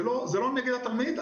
זה לא נגד התלמיד,